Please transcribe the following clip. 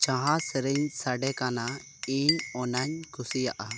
ᱡᱟᱦᱟᱸ ᱥᱮᱨᱮᱧ ᱥᱟᱰᱮ ᱠᱟᱱᱟ ᱤᱧ ᱚᱱᱟᱧ ᱠᱩᱥᱤᱭᱟᱜᱼᱟ